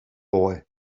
boy